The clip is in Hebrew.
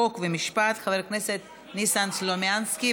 חוק ומשפט חבר הכנסת ניסן סלומינסקי.